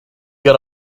got